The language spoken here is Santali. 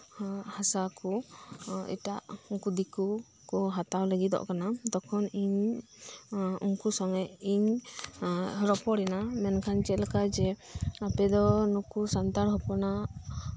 ᱦᱟᱥᱟ ᱠᱚ ᱮᱴᱟᱜ ᱩᱱᱠᱩ ᱫᱤᱠᱳ ᱠᱚ ᱦᱟᱛᱟᱣ ᱞᱟᱹᱜᱤᱫᱚᱜ ᱠᱟᱱᱟ ᱛᱚᱠᱷᱚᱱ ᱤᱧ ᱩᱱᱠᱩ ᱥᱚᱸᱜᱮ ᱤᱧ ᱮᱫ ᱨᱚᱯᱚᱲᱮᱱᱟ ᱢᱮᱱᱠᱷᱟᱱ ᱪᱮᱫ ᱞᱮᱠᱟ ᱡᱮ ᱟᱯᱮ ᱫᱚ ᱱᱩᱠᱩ ᱥᱟᱱᱛᱟᱲ ᱦᱚᱯᱚᱱᱟᱜ